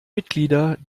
mitglieder